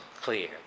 clear